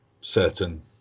certain